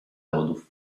lodów